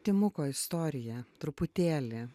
timuko istoriją truputėlį